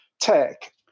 tech